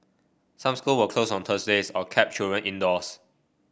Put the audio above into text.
some school were closed on Thursday's or kept children indoors